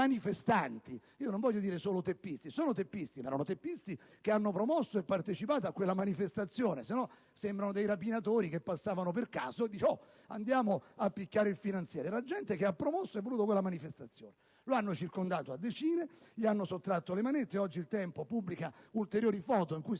Non li voglio definire solo teppisti: sono teppisti, ma hanno promosso e partecipato a quella manifestazione, altrimenti sembra si tratti di rapinatori che passavano per caso e hanno deciso di picchiare il finanziere. Era gente che ha promosso e voluto quella manifestazione. Lo hanno circondato a decine e gli hanno sottratto le manette. Oggi «Il Tempo» pubblica ulteriori foto, in cui si